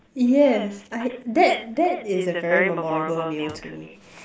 yes I that that is a very memorable meal to me